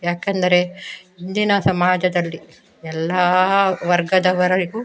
ಯಾಕೆಂದರೆ ಇಂದಿನ ಸಮಾಜದಲ್ಲಿ ಎಲ್ಲ ವರ್ಗದವರಿಗೂ